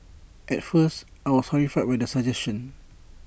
at first I was horrified with the suggestion